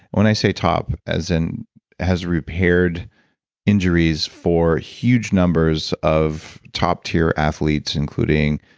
when i say top as in has repaired injuries for huge numbers of top tier athletes including